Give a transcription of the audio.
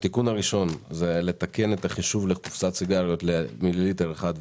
הדבר הראשון זה לתקן את החישוב לקופסת סיגריות למיליליטר אחד,